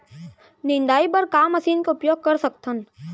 निंदाई बर का मशीन के उपयोग कर सकथन?